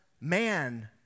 man